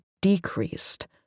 decreased